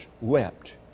wept